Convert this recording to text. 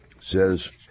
says